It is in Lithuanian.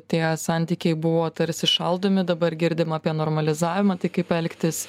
tie santykiai buvo tarsi šaldomi dabar girdim apie normalizavimą tai kaip elgtis